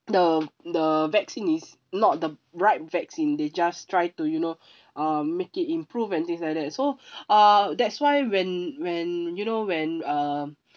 the the vaccine is not the right vaccine they just try to you know uh make it improve and things like that so uh that's why when when you know when uh